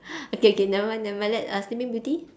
okay K never mind never mind let uh sleeping beauty